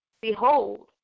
Behold